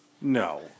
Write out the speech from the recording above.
No